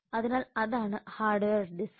അതിനാൽ അതാണ് hardware disk